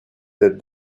that